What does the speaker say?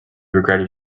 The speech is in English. regretted